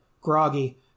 groggy